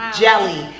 jelly